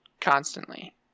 constantly